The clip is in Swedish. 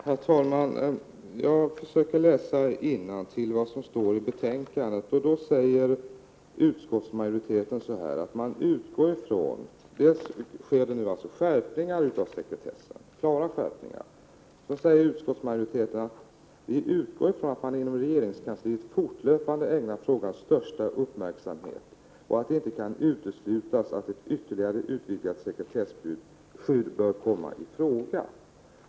Herr talman! Jag försöker läsa innantill vad som står i betänkandet. Utskottsmajoriteten utgår ifrån att det sker klara skärpningar av sekretessen och anför vidare: ”Utskottet utgår emellertid ifrån att man inom regeringskansliet fortlöpande ägnar frågan största uppmärksamhet. Det kan naturligtvisinte uteslutas att ett ytterligare utvidgat sekretesskydd bör komma i fråga.